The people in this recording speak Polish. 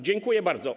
Dziękuję bardzo.